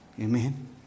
Amen